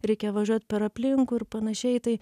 reikia važiuot per aplinkui ir panašiai tai